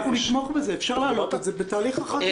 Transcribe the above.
אפשר להעלות את זה בתהליך החקיקה.